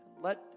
Let